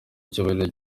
icyubahiro